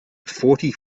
forty